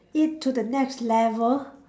it to the next level